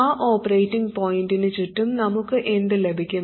ആ ഓപ്പറേറ്റിംഗ് പോയിന്റിനു ചുറ്റും നമുക്ക് എന്ത് ലഭിക്കും